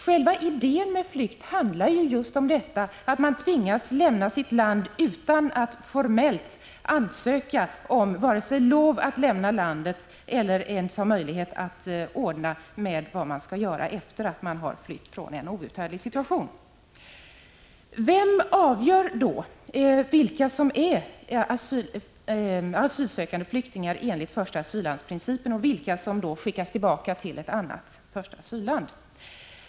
Själva idén med flykt handlar ju just om att man tvingas lämna sitt land utan att formellt ansöka om lov att lämna landet eller ens ha möjlighet att ordna med vad man skall göra efter att ha flytt från en outhärdlig situation. Vem avgör då vilka som är asylsökande flyktingar enligt första asyllandsparagrafen och vilka som skall skickas tillbaka till ett annat första asylland?